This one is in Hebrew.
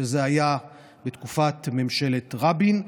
שזה היה בתקופת ממשלת רבין,